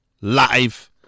Live